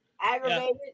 aggravated